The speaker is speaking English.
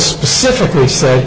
specifically say